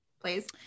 please